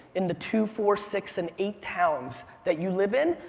in the two, four, six, and eight towns that you live in,